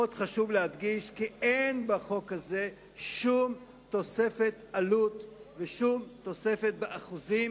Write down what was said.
עוד חשוב להדגיש כי אין בחוק הזה שום תוספת עלות ושום תוספת באחוזים